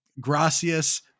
Gracias